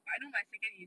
but I know my second is